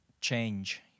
change